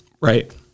Right